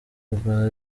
bwa